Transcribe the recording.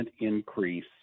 increase